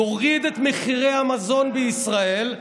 יוריד את מחירי המזון בישראל,